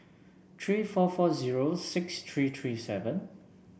three four four zero six three three seven